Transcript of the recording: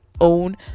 own